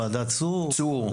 ועדת צור.